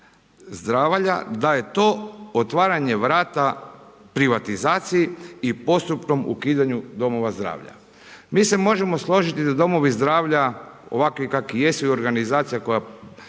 da je to otvaranje vrata privatizaciji i postupnom ukidanju domova zdravlja. Mi se možemo složiti da domovi zdravlja ovakvi kakvi jesu i organizacija koja